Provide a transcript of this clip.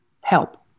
help